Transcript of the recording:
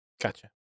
Gotcha